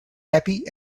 happy